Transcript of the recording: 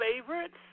favorites